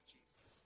Jesus